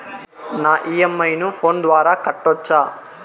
నా ఇ.ఎం.ఐ ను ఫోను ద్వారా కట్టొచ్చా?